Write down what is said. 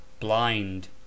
Blind